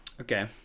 Okay